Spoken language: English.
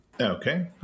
Okay